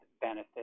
benefit